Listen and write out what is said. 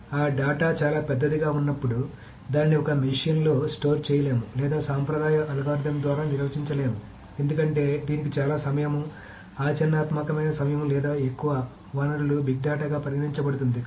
కాబట్టి ఆ డేటా చాలా పెద్దదిగా ఉన్నప్పుడు దానిని ఒకే మెషీన్లో స్టోర్ చేయలేము లేదా సాంప్రదాయ అల్గోరిథం ద్వారా నిర్వహించలేము ఎందుకంటే దీనికి చాలా సమయం ఆచరణాత్మకమైన సమయం లేదా ఎక్కువ వనరులు బిగ్ డేటాగా పరిగణించబడుతుంది